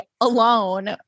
alone